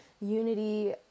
unity